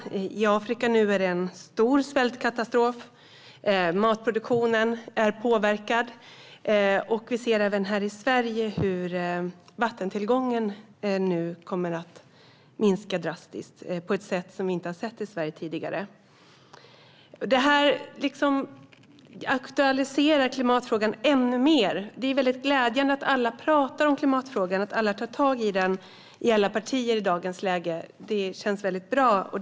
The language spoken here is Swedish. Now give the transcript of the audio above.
I Afrika pågår nu en stor svältkatastrof. Matproduktionen är påverkad. Vi ser även i Sverige att vattentillgången nu kommer att minska drastiskt på ett sätt som vi tidigare inte har sett i Sverige. Detta aktualiserar klimatfrågan ännu mer. Det är mycket glädjande att alla talar om klimatfrågan och att alla partier tar tag i den i dagens läge.